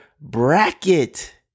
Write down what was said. bracket